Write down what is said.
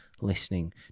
Listening